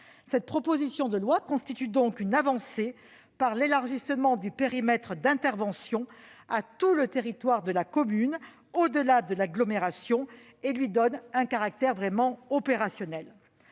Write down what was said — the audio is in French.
Cette proposition de loi constitue donc une avancée par l'élargissement du périmètre d'intervention à tout le territoire de la commune, au-delà de l'agglomération, et lui donne un caractère véritablement opérationnel.